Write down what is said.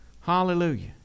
Hallelujah